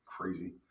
Crazy